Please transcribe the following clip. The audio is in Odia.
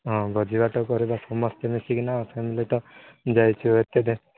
ହଁ ଭୋଜିଭାତ କରିବା ସମସ୍ତେ ମିଶିକିନା ଆଉ ଫ୍ୟାମିଲିଟା ଯାଇଥିବେ ଏତେ ଯେ